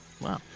Wow